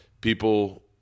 people